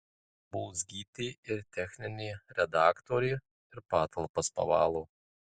bulzgytė ir techninė redaktorė ir patalpas pavalo